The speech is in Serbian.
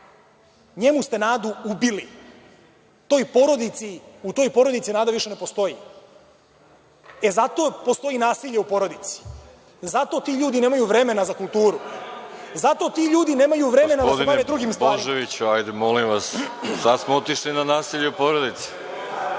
njemu ste nadu ubili, u toj porodici više nada ne postoji. Zato postoji nasilje u porodici, zato ti ljudi nemaju vremena za kulturu, zato ti ljudi nemaju vremena da se bave drugim stvarima. **Veroljub Arsić** Gospodine Božoviću, hajde, molim vas, sada smo otišli na nasilje u porodici.